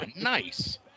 Nice